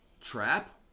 trap